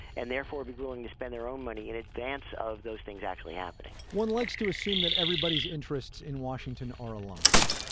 and therefore be willing to spend more um money in advance of those things actually happening one likes to assume that everybody's interests in washington are aligned,